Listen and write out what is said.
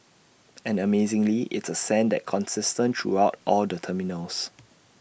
and amazingly it's A scent that consistent throughout all the terminals